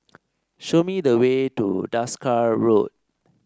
show me the way to Desker Road